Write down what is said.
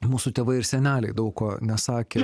mūsų tėvai ir seneliai daug ko nesakė